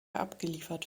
abgeliefert